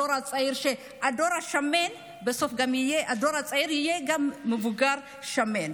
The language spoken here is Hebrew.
הדור הצעיר השמן בסוף יהיה גם מבוגר שמן.